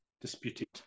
disputed